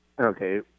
okay